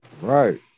Right